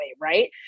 Right